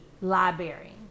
library